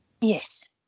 Yes